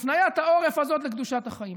הפניית העורף הזאת לקדושת החיים.